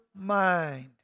mind